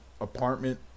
apartment